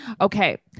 Okay